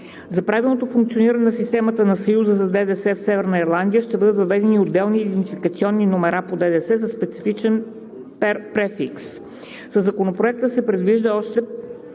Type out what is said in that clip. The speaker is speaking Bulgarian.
За правилното функциониране на системата на Съюза за ДДС в Северна Ирландия ще бъдат въведени отделни идентификационни номера по ДДС със специфичен префикс. Със Законопроекта се предвижда още